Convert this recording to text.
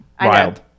wild